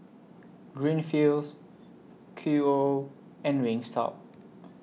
Greenfields Qoo and Wingstop